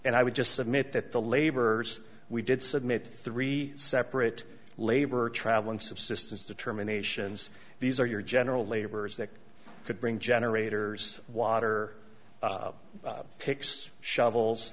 and i would just submit that the laborers we did submit three separate labor travelling subsistence determinations these are your general laborers that could bring generators water picks shovels